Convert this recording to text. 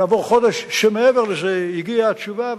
כעבור חודש מעבר לזה הגיעה התשובה,